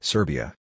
Serbia